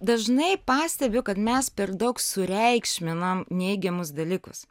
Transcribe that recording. dažnai pastebiu kad mes per daug sureikšminam neigiamus dalykus